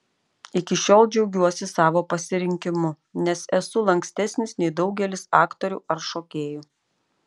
iki šiol džiaugiuosi savo pasirinkimu nes esu lankstesnis nei daugelis aktorių ar šokėjų